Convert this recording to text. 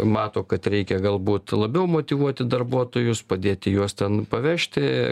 mato kad reikia galbūt labiau motyvuoti darbuotojus padėti juos ten pavežti